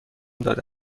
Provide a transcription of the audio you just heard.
داده